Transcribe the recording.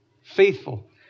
faithful